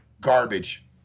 garbage